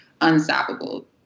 unstoppable